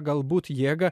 galbūt jėgą